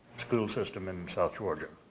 school system in south georgia